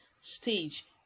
stage